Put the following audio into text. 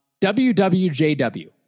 WWJW